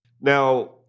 Now